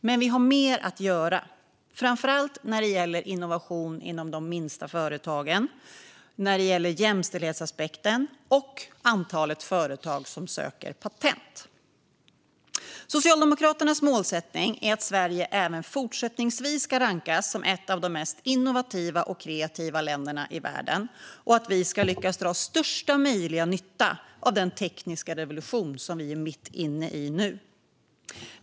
Men vi har mer att göra, framför allt när det gäller innovation inom de minsta företagen, jämställdhetsaspekten och antalet företag som söker patent. Socialdemokraternas målsättning är att Sverige även fortsättningsvis ska rankas som ett av de mest innovativa och kreativa länderna i världen och att vi ska lyckas dra största möjliga nytta av den tekniska revolution som vi är mitt inne i nu.